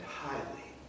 highly